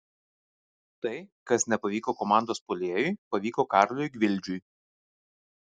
tai kas nepavyko komandos puolėjui pavyko karoliui gvildžiui